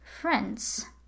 friends